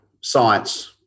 science